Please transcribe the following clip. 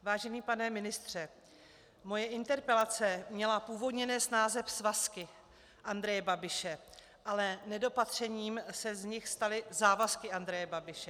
Vážený pane ministře, moje interpelace měla původně nést název svazky Andreje Babiše, ale nedopatřením se z nich staly závazky Andreje Babiše.